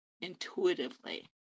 intuitively